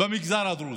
במגזר הדרוזי.